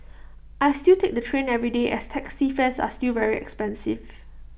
I still take the train every day as taxi fares are still very expensive